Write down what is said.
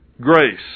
grace